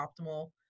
optimal